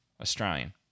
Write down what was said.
Australian